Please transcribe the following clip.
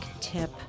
tip